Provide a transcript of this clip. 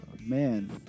Man